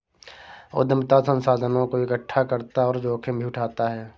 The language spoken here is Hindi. उद्यमिता संसाधनों को एकठ्ठा करता और जोखिम भी उठाता है